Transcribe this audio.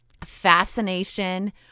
fascination